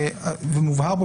מובהר פה